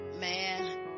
man